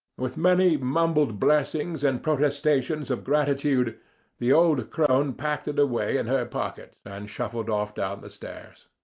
with many mumbled blessings and protestations of gratitude the old crone packed it away in her pocket, and shuffled off down the stairs.